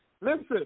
listen